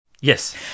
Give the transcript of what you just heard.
Yes